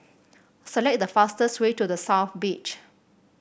select the fastest way to The South Beach